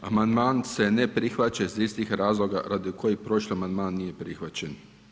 Amandman se ne prihvaća iz istih razloga radi kojih prošli amandman nije prihvaćen.